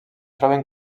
troben